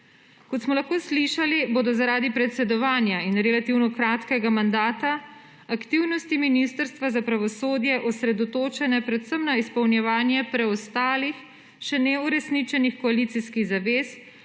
Kot smo lahko slišali, bodo zaradi predsedovanja in relativno kratkega mandata aktivnosti Ministrstva za pravosodje osredotočene predvsem na izpolnjevanje preostalih še neuresničenih koalicijskih zavez,